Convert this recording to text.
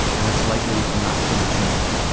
and that's likely not going to change.